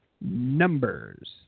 Numbers